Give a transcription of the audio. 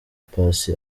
paccy